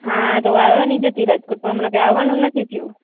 હા તો હું આવાનીજ હતી રાજકોટમાં હમણાં કંઇ આવાનું નથી થ્યું